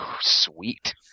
Sweet